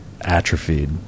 atrophied